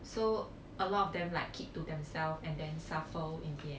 so a lot of them like keep to themselves and then suffer in the end